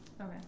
Okay